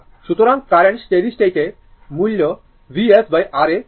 সুতরাং current steady state state মূল্য VsR এ যাচ্ছে